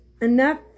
Enough